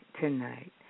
tonight